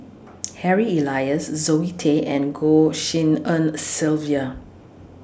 Harry Elias Zoe Tay and Goh Tshin En Sylvia